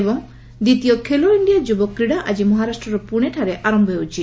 ଏବଂ ଦ୍ୱିତୀୟ ଖେଲୋ ଇଣ୍ଡିଆ ଯୁବ କ୍ରୀଡା ଆଜି ମହାରାଷ୍ଟ୍ରର ପ୍ରଣେଠାରେ ଆରମ୍ଭ ହେଉଛି